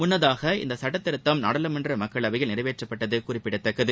முன்னதாக இச்சட்ட திருத்தம் நாடாளுமன்ற மக்களவையில் நிறைவேற்றப்பட்டது குறிப்பிடத்தக்கது